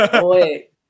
Wait